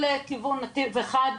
כל כיוון נתיב אחד,